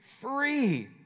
free